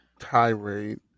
tirade